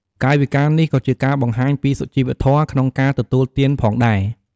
កាយវិការនេះក៏ជាការបង្ហាញពីសុជីវធម៌ក្នុងការទទួលទានផងដែរ។